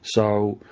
so,